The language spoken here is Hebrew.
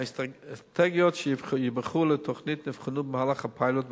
האסטרטגיות שייבחרו לתוכנית נבחנו במהלך הפיילוט והן: